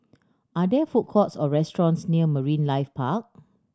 are there food courts or restaurants near Marine Life Park